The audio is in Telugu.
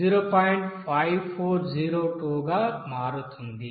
5402 గా మారుతుంది